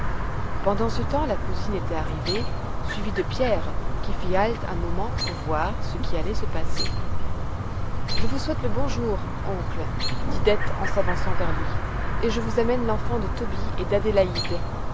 pendant ce temps la cousine était arrivée suivie de pierre qui fit halte un moment pour voir ce qui allait se passer je vous souhaite le bonjour oncle dit dete en s'avançant vers lui et je vous amène l'enfant de tobie et d'adélaïde